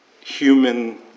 human